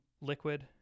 Liquid